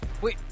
wait –